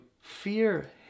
fear